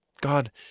God